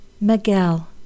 Miguel